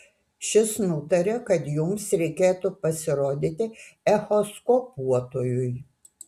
šis nutarė kad jums reikėtų pasirodyti echoskopuotojui